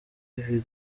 ibi